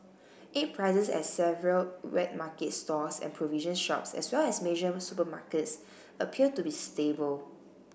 egg prices at several wet market stalls and provision shops as well as major supermarkets appear to be stable